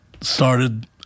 started